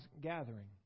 gathering